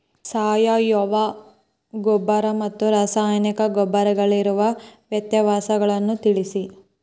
ಸಾವಯವ ಗೊಬ್ಬರ ಮತ್ತು ರಾಸಾಯನಿಕ ಗೊಬ್ಬರಗಳಿಗಿರುವ ವ್ಯತ್ಯಾಸಗಳನ್ನು ತಿಳಿಸಿ?